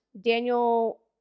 Daniel